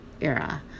era